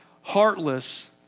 heartless